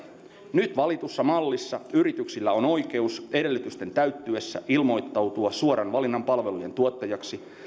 nyt valitussa mallissa yrityksillä on oikeus edellytysten täyttyessä ilmoittautua suoran valinnan palvelujen tuottajaksi